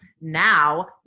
Now